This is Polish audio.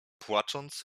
płacząc